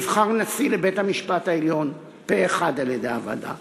נבחר נשיא לבית-המשפט העליון פה-אחד על-ידי הוועדה,